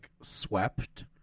swept